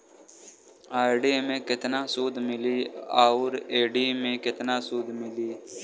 RD मे केतना सूद मिली आउर एफ.डी मे केतना सूद मिली?